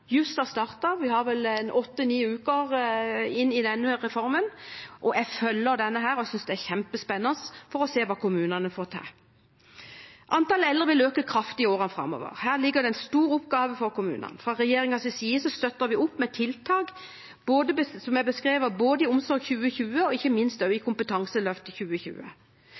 vi har vel åtte–ni uker med denne reformen. Jeg følger den og synes det er kjempespennende å se hva kommunene får til. Antallet eldre vil øke kraftig i årene framover. Her ligger det en stor oppgave for kommunene. Fra regjeringens side støtter vi opp med tiltak som er beskrevet både i Omsorg 2020 og ikke minst i Kompetanseløft 2020.